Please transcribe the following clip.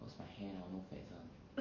cause my hand hor no fats [one]